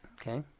Okay